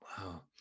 Wow